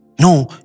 No